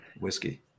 whiskey